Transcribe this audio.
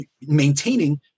maintaining